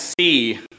see